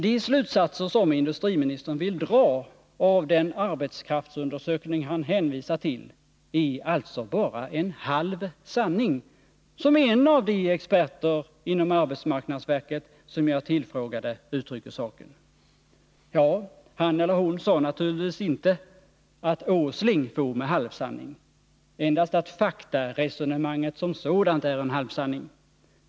De slutsatser som industriministern vill dra av den arbetskraftsundersökning han hänvisar till är alltså bara en halv sanning, som en av de experter inom arbetsmarknadsverket som jag tillfrågade uttryckte saken. Ja, han eller hon sade naturligtvis inte att Nils Åsling for med halvsanningar, endast att faktaresonemanget som sådant var en halvsanning.